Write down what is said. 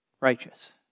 righteous